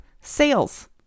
sales